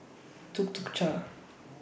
Tuk Tuk Cha